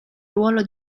ruolo